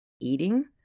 eating